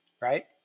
right